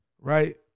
right